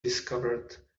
discovered